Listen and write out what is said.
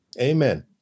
Amen